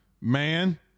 Man